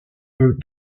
peut